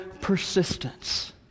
persistence